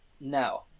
no